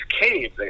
Cave